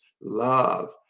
love